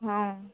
ହଁ